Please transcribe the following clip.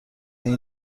این